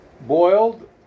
boiled